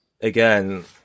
again